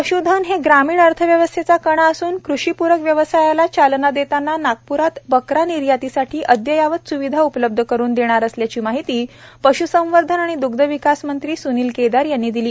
पश्धन हे ग्रामीण अर्थव्यवस्थेचा कणा असून कृषीप्रक व्यवसायाला चालना देतांना नागप्रात बकरा निर्यातीसाठी अद्ययावत स्विधा उपलब्ध करुन देणार असल्याची माहिती पशुसंवर्धन व दुग्धविकास मंत्री सुनील केदार यांनी दिली